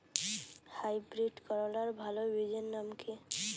Hybrid করলার ভালো বীজের নাম কি?